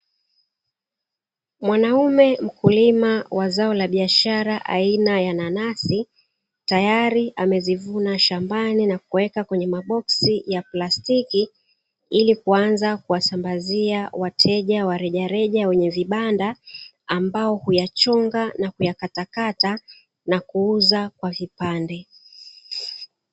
Mwanaume mkulima wa zao la biashara aina ya nanasi, tayari amezivuna shambani na kuweka kwenye maboksi ya plastiki ili kuanza kuwasambazia wateja wa warejareja wenye vibanda, ambao huyachonga na kuyakatakata na kuyauza katika vipande vipande.